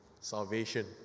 salvation